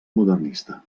modernista